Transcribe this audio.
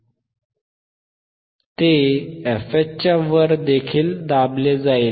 ते fHच्या वर देखील दाबले जाईल